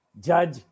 judge